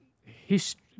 history